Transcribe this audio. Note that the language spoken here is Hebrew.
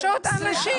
יש עוד אנשים.